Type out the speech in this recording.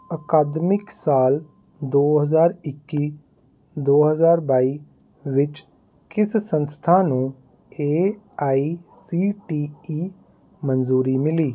ਅਕਾਦਮਿਕ ਸਾਲ ਦੋ ਹਜ਼ਾਰ ਇੱਕੀ ਦੋ ਹਜ਼ਾਰ ਬਾਈ ਵਿੱਚ ਕਿਸ ਸੰਸਥਾ ਨੂੰ A I C T E ਮਨਜ਼ੂਰੀ ਮਿਲੀ